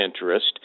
interest